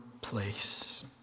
place